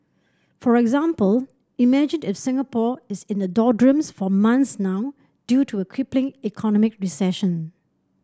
for example imagine it if Singapore is in the doldrums for months now due to a crippling economic recession